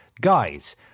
guys